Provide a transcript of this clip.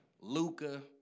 Luca